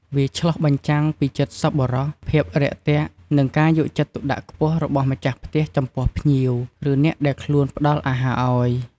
វាឆ្លុះបញ្ចាំងពីចិត្តសប្បុរស ភាពរាក់ទាក់ និងការយកចិត្តទុកដាក់ខ្ពស់របស់ម្ចាស់ផ្ទះចំពោះភ្ញៀវ ឬអ្នកដែលខ្លួនផ្តល់អាហារឲ្យ។